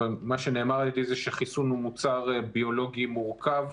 מה שנאמר על ידי זה שחיסון הוא מוצר ביולוגי מורכב,